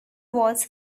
was